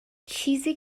چیزی